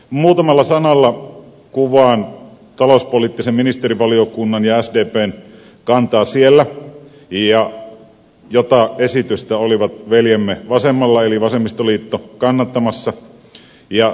muutamalla sanalla kuvaan sdpn kantaa talouspoliittisessa ministerivaliokunnassa jota esitystä olivat veljemme vasemmalla eli vasemmistoliitto kannattamassa